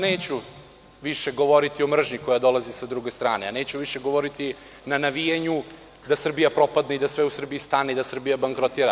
Neću više govoriti o mržnji koja dolazi sa druge strane, neću više govoriti o navijanju da Srbija propadne, da sve u Srbiji stane i da Srbija bankrotira.